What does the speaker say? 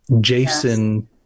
Jason